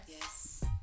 Yes